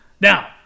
Now